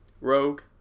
rogue